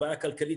הבעיה הכלכלית,